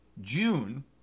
June